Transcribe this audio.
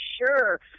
sure